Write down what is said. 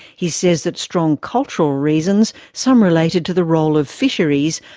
he says that strong cultural reasons, some related to the role of fisheries,